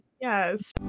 yes